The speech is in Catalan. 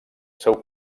seu